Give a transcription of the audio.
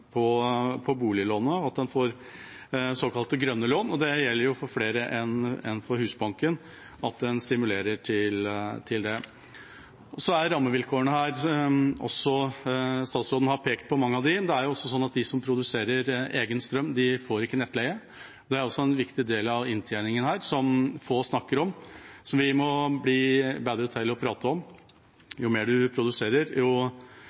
til det. Så til rammevilkårene. Statsråden har pekt på mange av dem. Det er sånn at de som produserer egen strøm, ikke får nettleie. Det er også en viktig del av inntjeningen her, som få snakker om, men som vi må bli bedre til å prate om. Jo